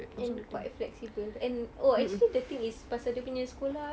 and quite flexible and oh actually the thing is pasal dia punya sekolah